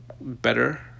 better